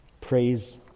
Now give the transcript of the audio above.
Praise